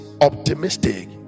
optimistic